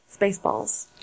Spaceballs